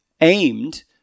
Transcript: aimed